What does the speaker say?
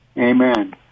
Amen